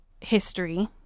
history